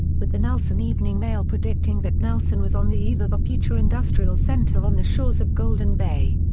with the nelson evening mail predicting that nelson was on the eve of a future industrial center on the shores of golden bay.